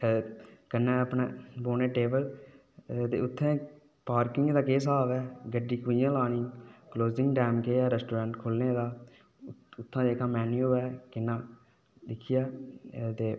कन्नै अपने दोऐ टेबल ते कन्नेै उत्थै पार्किंग दा केह् स्हाब ऐ कि'यां लानी कलोजिंग टाइम के ऐ रेस्टोरेंट खु'ल्लने दा उत्थै जेह्का मेन्यू ऐ किन्ना दिक्खियै ते